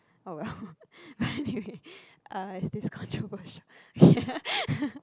oh well but anyway uh is this controversial ya